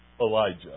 Elijah